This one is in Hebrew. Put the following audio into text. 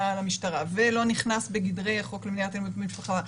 למשטרה ולא נכנס בגדרי החוק למניעת אלימות במשפחה,